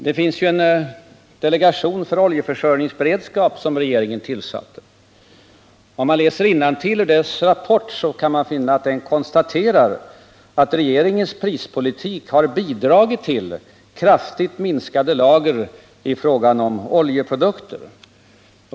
Det finns en av regeringen tillsatt delegation för oljeförsörjningsberedskapen. Om man läser innantill i dess rapport finner man att den konstaterar, att ”regeringens prispolitik har bidragit till kraftigt minskade lager av oljeprodukter”.